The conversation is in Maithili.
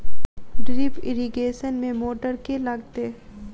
ड्रिप इरिगेशन मे मोटर केँ लागतै?